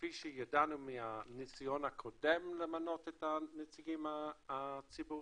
כפי שידענו מהניסיון הקודם למנות את נציגי הציבור